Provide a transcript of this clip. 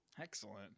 Excellent